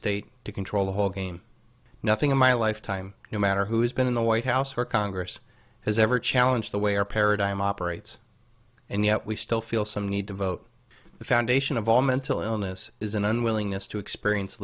state to control the whole game nothing in my lifetime no matter who has been in the white house or congress has ever challenge the way our paradigm operates and yet we still feel some need to vote the foundation of all mental illness is an unwillingness to experience